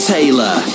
Taylor